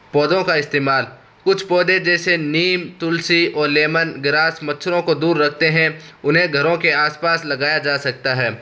پودوں کا استعمال کچھ پودے جیسے نیم تلسی اور لیمن گراس مچھروں کو دور رکھتے ہیں انہیں گھروں کے آس پاس لگایا جا سکتا ہے